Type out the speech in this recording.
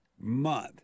Month